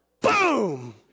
boom